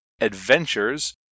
adventures